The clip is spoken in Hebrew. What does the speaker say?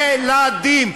י-ל-דים.